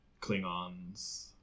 Klingons